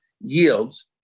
yields